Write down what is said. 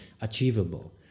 achievable